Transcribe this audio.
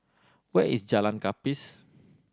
where is Jalan Gapis